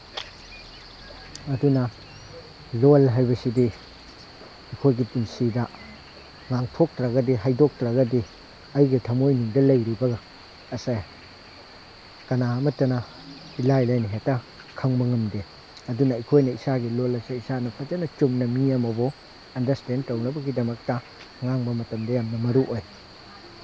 ꯑꯗꯨꯅ ꯂꯣꯜ ꯍꯥꯏꯕꯁꯤꯗꯤ ꯑꯩꯈꯣꯏꯒꯤ ꯄꯨꯟꯁꯤꯗ ꯉꯥꯡꯊꯣꯛꯇ꯭ꯔꯒꯗꯤ ꯍꯥꯏꯗꯣꯛꯇ꯭ꯔꯒꯗꯤ ꯑꯩꯒꯤ ꯊꯝꯃꯣꯏꯅꯨꯡꯗ ꯂꯩꯔꯤꯕ ꯑꯁꯦ ꯀꯅꯥ ꯑꯃꯇꯅ ꯏꯂꯥꯏ ꯂꯥꯏꯅ ꯍꯦꯛꯇ ꯈꯪꯕ ꯉꯝꯗꯦ ꯑꯗꯨꯅ ꯑꯩꯈꯣꯏꯅ ꯏꯁꯥꯒꯤ ꯂꯣꯟ ꯑꯁꯤ ꯏꯁꯥꯅ ꯐꯖꯅ ꯆꯨꯝꯅ ꯃꯤ ꯑꯃꯕꯨ ꯑꯟꯗꯔꯁꯇꯦꯟ ꯇꯧꯅꯕꯒꯤꯗꯃꯛꯇ ꯉꯥꯡꯕ ꯃꯇꯝꯗ ꯌꯥꯝꯅ ꯃꯔꯨꯑꯣꯏ